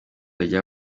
rya